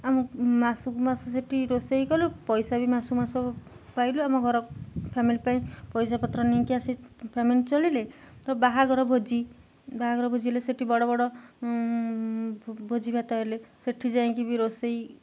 ଆମ ମାସକୁ ମାସ ସେଇଠି ରୋଷେଇ କଲୁ ପଇସା ବି ମାସକୁ ମାସ ପାଇଲୁ ଆମ ଘର ଫ୍ୟାମିଲି ପାଇଁ ପଇସା ପତ୍ର ନେଇକି ଆସି ଫ୍ୟାମିଲି ଚଳିଲେ ତ ବାହାଘର ଭୋଜି ବାହାଘର ଭୋଜି ହେଲେ ସେଇଠି ବଡ଼ ବଡ଼ ଭୋଜି ଭାତ ହେଲେ ସେଇଠି ଯାଇକି ବି ରୋଷେଇ